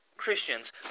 Christians